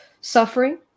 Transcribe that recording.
suffering